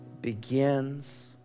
begins